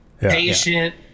Patient